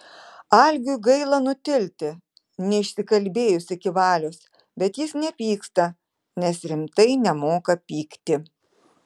algiui gaila nutilti neišsikalbėjus iki valios bet jis nepyksta nes rimtai nemoka pykti